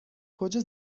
کجا